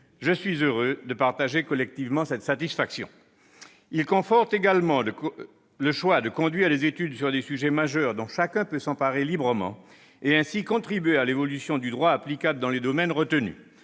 je suis heureux de partager collectivement cette satisfaction. Cette proposition de loi conforte également le choix de conduire des études sur des sujets majeurs dont chacun peut s'emparer librement afin de contribuer à l'évolution du droit applicable dans les domaines retenus.